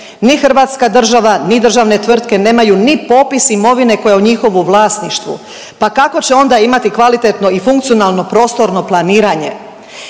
Ni hrvatska država, ni državne tvrtke nemaju ni popis imovine koja je u njihovu vlasništvu, pa kako će onda imati kvalitetno i funkcionalno prostorno planiranje